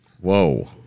Whoa